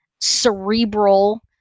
cerebral